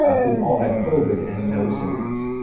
ah who've all had covid and no symptoms.